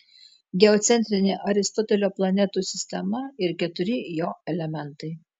geocentrinė aristotelio planetų sistema ir keturi jo elementai